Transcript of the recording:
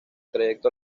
trayecto